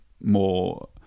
more